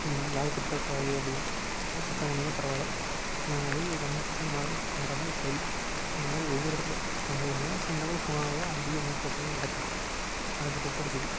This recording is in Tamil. யாரையும் திட்டக்கூடாது அப்படின்னு அதனால் சட்டம் கொண்டு வந்தால் பரவாயில்ல அதுவே ஒரு வன்ம பிரச்சனையாக மாற மாறாமல் சரி இந்த மாதிரி ஒவ்வொரு இடத்துல நம்ப ஒரு நேஷனல் லெவலில் போனால் கூட அங்கேயும் இந்த மாதிரி பிரச்சனைகள் எல்லாம் நடக்குது நடந்துகிட்டு தான் இருக்குது